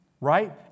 right